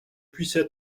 puissent